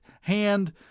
hand